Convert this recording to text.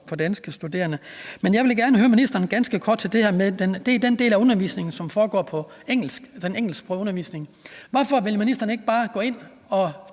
for danske studerende. Men jeg vil gerne høre ministeren ganske kort om den del af undervisningen, som foregår på engelsk, den engelsksprogede undervisning. Hvorfor vil ministeren ikke bare gå ind og